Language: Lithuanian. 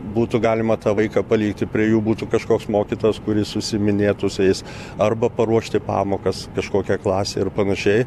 būtų galima tą vaiką palikti prie jų būtų kažkoks mokytojas kuris užsiiminėtų su jais arba paruošti pamokas kažkokią klasę ir panašiai